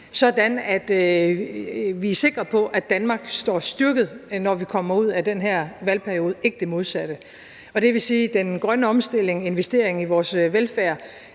takt, så vi er sikre på, at Danmark er styrket, når vi kommer ud af den her valgperiode, og ikke det modsatte. Det vil sige, at den grønne omstilling, investering i vores velfærd